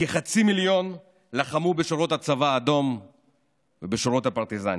כחצי מיליון לחמו בשורות הצבא האדום ובשורות הפרטיזנים.